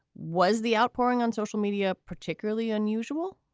was the outpouring on social media particularly unusual?